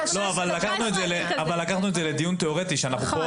לקחנו את זה לדיון תיאורטי ואנחנו כאן